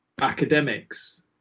academics